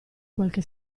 qualche